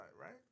right